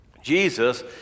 Jesus